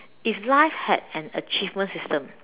if life had an achievement system